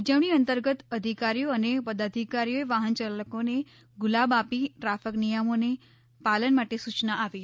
ઉજવણી અંતર્ગત અધિકારીઓ અને પદાધિકારીઓએ વાહન યાલકોને ગુલાબ આપી ટ્રાફિક નિયમોના પાલન માટે સુયના આપી હતી